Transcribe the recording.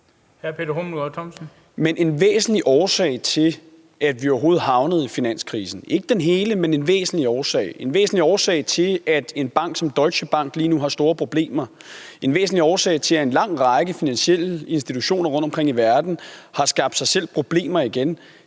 en væsentlig årsag – og en væsentlig årsag til, at en bank som Deutsche Bank lige nu har store problemer, og at en lang række finansielle institutioner rundtomkring i verden igen har skabt sig selv problemer, er